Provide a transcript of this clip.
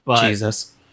Jesus